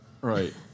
Right